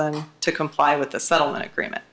them to comply with the settlement agreement